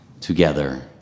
Together